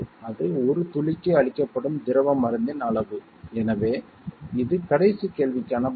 அது ஒரு துளிக்கு அளிக்கப்படும் திரவ மருந்தின் அளவு எனவே இது கடைசி கேள்விக்கான பதில்